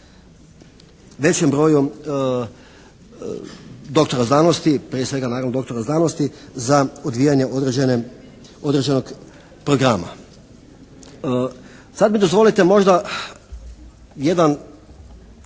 većem broju doktora znanosti. Prije svega naravno doktora znanosti za odvijanje određene, određenog programa. Sad mi dozvolite možda jedan,